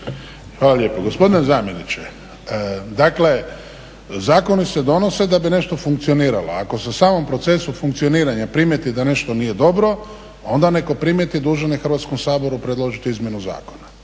Hvala lijepo. Gospodine zamjeniče, dakle zakoni se donose da bi nešto funkcioniralo. Ako se u samom procesu funkcioniranja primijeti da nešto nije dobro, onda onaj tko primijeti dužan je Hrvatskom saboru predložiti izmjenu zakona.